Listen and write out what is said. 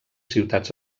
ciutats